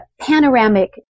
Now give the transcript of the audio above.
panoramic